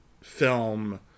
film